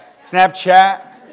Snapchat